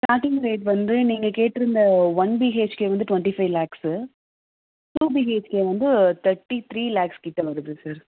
starting rate வந்து நீங்கள் கேட்டிருந்த ஒன் பிஹெச்கே வந்து twenty five lakhs two BHK வந்து தேர்ட்டி த்ரீ லேக்ஸ் கிட்டே வருது சார்